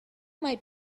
might